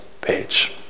page